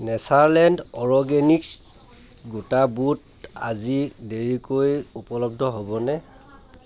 Natureland organics গোটা বুট আজি দেৰিকৈ উপলব্ধ হ'বনে